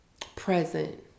present